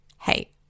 Hey